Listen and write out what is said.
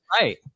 Right